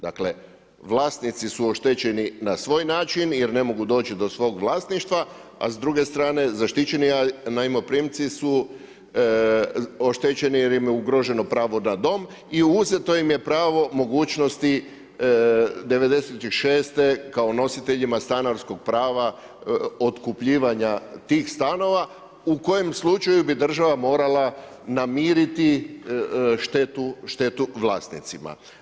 Dakle vlasnici su oštećeni na svoj način jer ne mogu doći do svog vlasništva, a s druge strane zaštićeni najmoprimci su oštećeni jer im je ugroženo pravo na dom i uzeto im je pravo mogućnosti '96. kao nositeljima stanarskog prava otkupljivanja tih stanova u kojem slučaju bi država morala namiriti štetu vlasnicima.